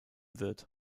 wird